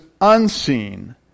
unseen